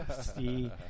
see